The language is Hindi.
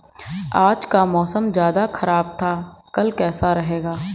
आज का मौसम ज्यादा ख़राब था कल का कैसा रहेगा?